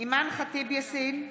אימאן ח'טיב יאסין,